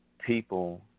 people